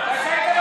אתה היית שר האוצר.